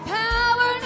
power